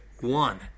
one